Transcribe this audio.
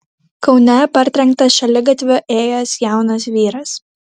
kaune partrenktas šaligatviu ėjęs jaunas vyras